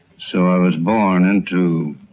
so i was born into